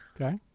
Okay